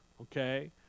okay